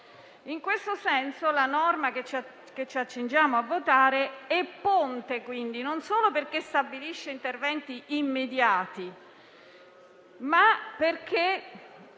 In questo senso, la norma che ci accingiamo a votare è ponte, quindi, non solo perché stabilisce interventi immediati, ma anche